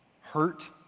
hurt